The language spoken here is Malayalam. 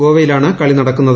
ഗോവയിലാണ് കളി നടക്കുന്നത്